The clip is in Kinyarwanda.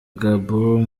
gabon